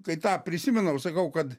kai tą prisimenam sakau kad